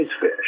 fish